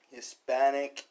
Hispanic